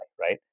right